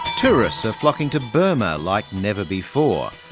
tourists are flocking to burma like never before.